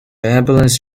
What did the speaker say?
ambulance